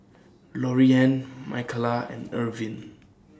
Loriann Micaela and Irvine